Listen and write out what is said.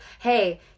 hey